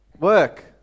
Work